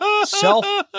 Self